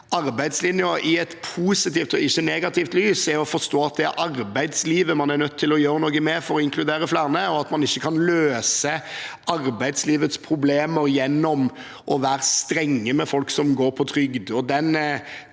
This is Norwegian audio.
arbeidslinjen i et positivt og ikke negativt lys, er det avgjørende å forstå at det er arbeidslivet man er nødt til å gjøre noe med for å inkludere flere, og at man ikke kan løse arbeidslivets problemer gjennom å være strenge med folk som går på trygd.